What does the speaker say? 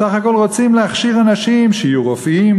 בסך הכול רוצים להכשיר אנשים שיהיו רופאים,